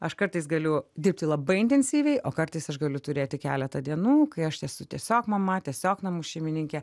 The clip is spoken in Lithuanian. aš kartais galiu dirbti labai intensyviai o kartais aš galiu turėti keletą dienų kai aš esu tiesiog mama tiesiog namų šeimininkė